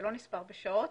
זה לא נספר בשעות.